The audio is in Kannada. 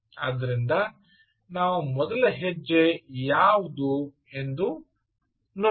ಆದ್ದರಿಂದ ನಾವು ಮೊದಲ ಹೆಜ್ಜೆ ಯಾವುದು ಎಂದು ನೋಡೋಣ